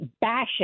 bashing